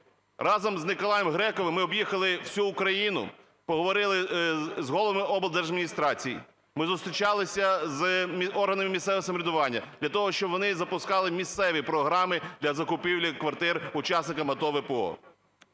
Разом з Ніколаєм Грековим ми об'їхали всю Україну, поговорили з головами облдержадміністрацій, ми зустрічалися з органами місцевого самоврядування для того, щоб вони запускали місцеві програми для закупівлі квартир учасникам АТО, ВПО.